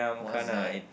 what's that